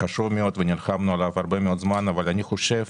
חשוב מאוד עליו נלחמנו הרבה מאוד זמן אבל אני חושב